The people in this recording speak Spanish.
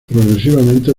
progresivamente